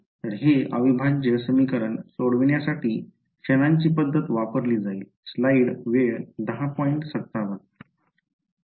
तर हे अविभाज्य समीकरण सोडवण्यासाठी क्षणांची पध्दत वापरली जाईल